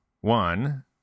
One